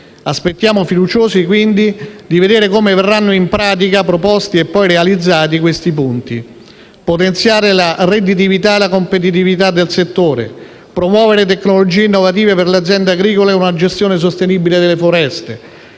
Aspettiamo fiduciosi di vedere come verranno in pratica proposti e poi realizzati i seguenti punti: potenziare la redditività e la competitività del settore; promuovere tecnologie innovative per le aziende agricole e una gestione sostenibile delle foreste;